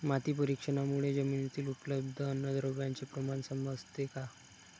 माती परीक्षणामुळे जमिनीतील उपलब्ध अन्नद्रव्यांचे प्रमाण समजते का?